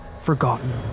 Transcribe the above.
forgotten